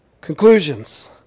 Conclusions